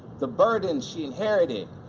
the burden she inherited,